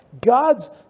God's